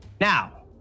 Now